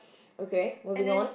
okay moving on